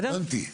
אני הבנתי.